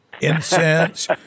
incense